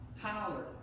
Tyler